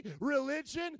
religion